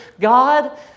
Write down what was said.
God